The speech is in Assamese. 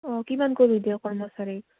অঁ কিমান কৰি দিয়ে কৰ্মচাৰীক